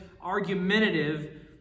argumentative